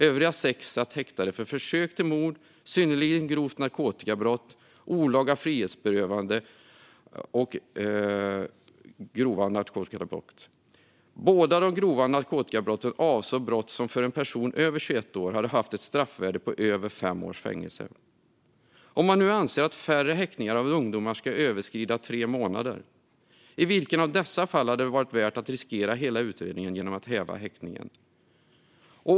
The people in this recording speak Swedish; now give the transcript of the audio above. Övriga sex satt häktade för försök till mord, synnerligen grovt narkotikabrott, olaga frihetsberövande och grovt narkotikabrott. Båda de grova narkotikabrotten avsåg brott som för en person över 21 år hade haft ett straffvärde på över fem års fängelse. Om man nu anser att färre häktningar av ungdomar ska överskrida tre månader, i vilket av dessa fall hade det varit värt att riskera hela utredningen genom att häva häktningen?